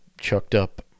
chucked-up